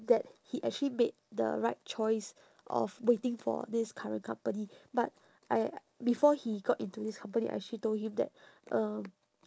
that he actually made the right choice of waiting for this current company but I before he got into this company I actually told him that um